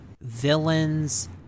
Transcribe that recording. villains